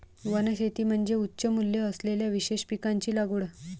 वनशेती म्हणजे उच्च मूल्य असलेल्या विशेष पिकांची लागवड